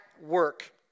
work